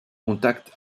contact